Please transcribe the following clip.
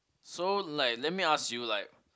so like let me ask you like